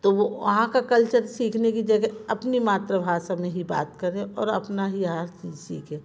तो वो वहाँ का कल्चर सीखने की जगह अपनी मातृभाषा में ही बात करें और अपना ही सीखें